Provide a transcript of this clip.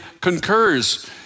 concurs